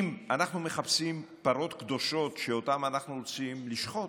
אם אנחנו מחפשים פרות קדושות שאותן אנחנו רוצים לשחוט,